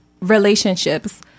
relationships